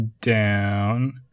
down